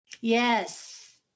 yes